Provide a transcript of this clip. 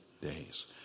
days